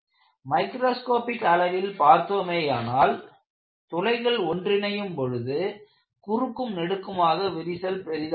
microscopic அளவில் பார்த்தோமேயானால் துளைகள் ஒன்றிணையும் பொழுது குறுக்கும் நெடுக்குமாக விரிசல் பெரிதாகிறது